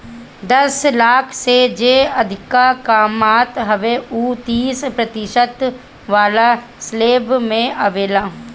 दस लाख से जे अधिका कमात हवे उ तीस प्रतिशत वाला स्लेब में आवेला